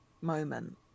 moment